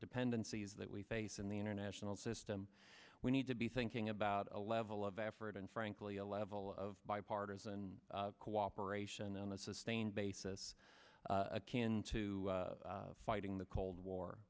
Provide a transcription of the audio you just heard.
dependencies that we face in the international system we need to be thinking about a level of effort and frankly a level of bipartisan cooperation on a sustained basis akin to fighting the cold war